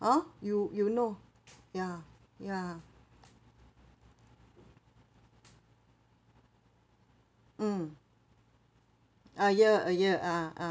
oh you you know ya ya mm a year a year ah ah